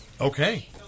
Okay